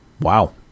Wow